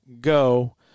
go